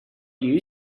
you